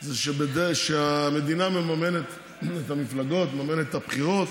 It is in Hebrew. היא שהמדינה מממנת את המפלגות, מממנת את הבחירות,